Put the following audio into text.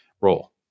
role